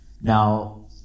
now